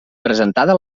presentada